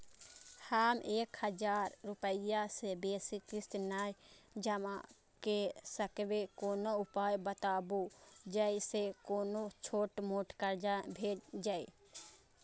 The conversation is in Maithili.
हम एक हजार रूपया से बेसी किस्त नय जमा के सकबे कोनो उपाय बताबु जै से कोनो छोट मोट कर्जा भे जै?